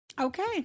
Okay